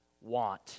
want